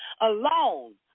alone